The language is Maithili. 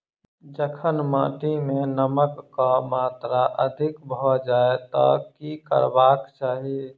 जखन माटि मे नमक कऽ मात्रा अधिक भऽ जाय तऽ की करबाक चाहि?